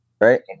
right